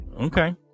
Okay